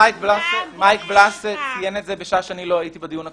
מייק בלאס ציין את זה בשעה שלא הייתי בדיון הקודם.